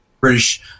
British